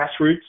grassroots